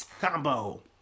combo